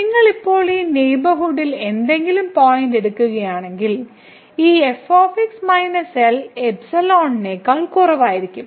നിങ്ങൾ ഇപ്പോൾ ഈ നെയ്ബർഹുഡിൽ എന്തെങ്കിലും പോയിന്റ് എടുക്കുകയാണെങ്കിൽ ഈ f - L നേക്കാൾ കുറവായിരിക്കും